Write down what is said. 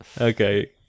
Okay